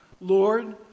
Lord